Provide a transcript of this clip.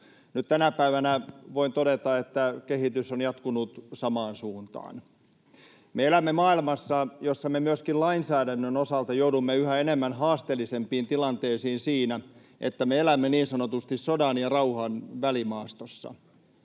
Nyt tänä päivänä voin todeta, että kehitys on jatkunut samaan suuntaan. Me elämme maailmassa, jossa me myöskin lainsäädännön osalta joudumme yhä haasteellisempiin tilanteisiin siinä, että me elämme niin sanotusti sodan ja rauhan välimaastossa,